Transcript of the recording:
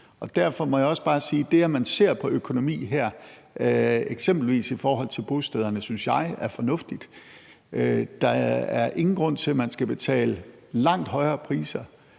Derfor må jeg også bare sige: Det, at man ser på økonomi her, eksempelvis i forhold til bostederne, synes jeg er fornuftigt. Der er ingen grund til, at man skal betale langt højere priser